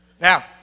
Now